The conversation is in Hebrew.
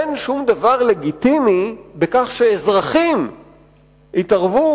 אין שום דבר לגיטימי בכך שאזרחים יתערבו